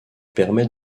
permet